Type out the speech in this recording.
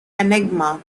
enigma